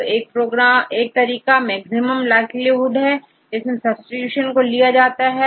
तो एक तरीका मैक्सिमम लाइक्लीहुड है इसमें सब्सीट्यूशन को लिया जाता है